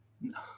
No